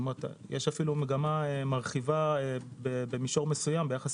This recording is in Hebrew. כלומר יש מגמה מרחיבה במישור מסוים ביחס